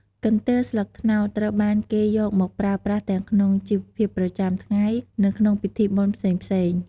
កន្ទេលស្លឹកត្នោត ត្រូវបានគេយកមកប្រើប្រាស់ទាំងក្នុងជីវភាពប្រចាំថ្ងៃ និងក្នុងពិធីបុណ្យផ្សេងៗ។